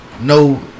no